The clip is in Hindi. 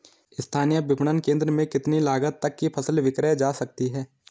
स्थानीय विपणन केंद्र में कितनी लागत तक कि फसल विक्रय जा सकती है?